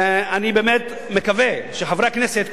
ואני באמת מקווה שחברי הכנסת,